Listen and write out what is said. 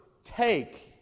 take